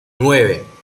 nueve